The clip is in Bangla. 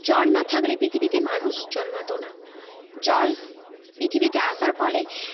জল না থাকলে পৃথিবীতে মানুষ জন্মাতো না জল পৃথিবীতে আসার ফলে